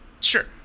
Sure